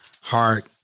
heart